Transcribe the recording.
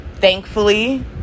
Thankfully